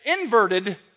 inverted